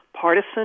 partisan